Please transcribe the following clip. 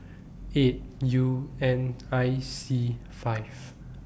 eight U N I C five